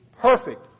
perfect